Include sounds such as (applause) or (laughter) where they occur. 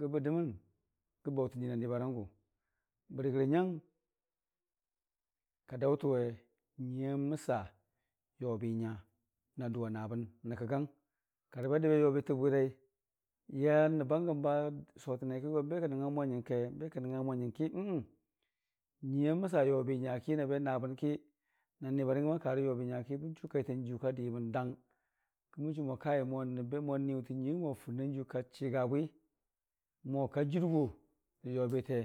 gəbə dəmən gə baʊtə jɨna ni barangʊ bəri gərə nyang ka daʊtawe nyuii a məsa yobi nya nadʊ a naabən ra kəgan kariba dəbe yobitə bwirai ya nəbbangəm ba sotəne go n'be kin'nangngamo nyaike n'be kən nəngnga mo nyəngki (hesitation) nyuii aməsa yobinya ki nabe naabənki na nibari karə, yobi nyaki bən chukai tan jiiyu ka dimən dang, ki bən chu mo kai mo nəbbe mo niwʊ tən nyuiiyangʊ mo fɨrnan jiiyu ka chigabwi mo ka jurgo rə yobite